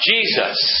Jesus